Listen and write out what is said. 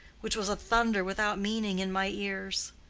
which was a thunder without meaning in my ears.